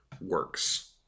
works